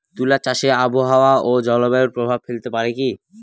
তুলা চাষে আবহাওয়া ও জলবায়ু প্রভাব ফেলতে পারে কি?